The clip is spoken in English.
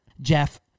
Jeff